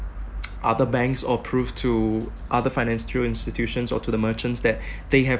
other banks or prove to other financial institutions or to the merchants that they have